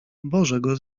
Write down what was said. bożego